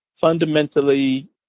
fundamentally